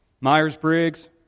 Myers-Briggs